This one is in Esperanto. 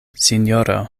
sinjoro